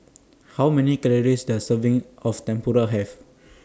How Many Calories Does Serving of Tempura Have